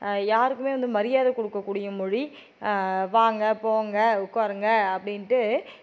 யாருக்குமே வந்து மரியாதை கோடுக்கக்கூடிய மொழி வாங்க போங்க உட்காருங்க அப்படின்ட்டு